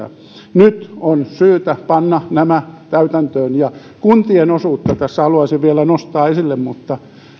nyt on syytä panna nämä täytäntöön kuntien osuutta tässä haluaisin vielä nostaa esille mutta